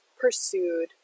pursued